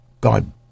God